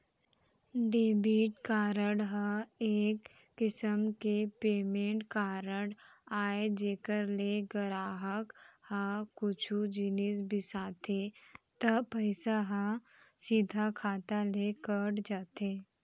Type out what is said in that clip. debit card ह एक किसम के पेमेंट कारड अय जेकर ले गराहक ह कुछु जिनिस बिसाथे त पइसा ह सीधा खाता ले कट जाथे